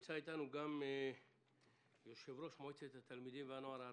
נמצא אתנו גם יושב-ראש מועצת התלמידים והנוער הארצית.